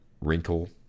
wrinkle